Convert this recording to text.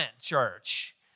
church